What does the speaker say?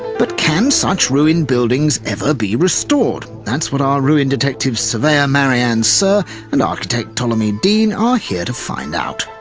but can such ruined buildings ever be restored? that's what our ruin detectives, surveyor marianne suhr and architect ptolemy dean are here to find out.